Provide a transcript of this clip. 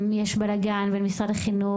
יש בלגן בין משרד החינוך,